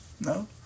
No